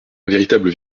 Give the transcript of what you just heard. véritable